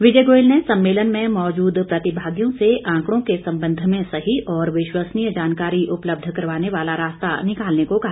विजय गोयल ने सम्मेलन में मौजूद प्रतिभागियों से आंकड़ों के संबंध में सही और विश्वसनीय जानकारी उपलब्ध करवाने वाला रास्ता निकालने को कहा